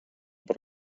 per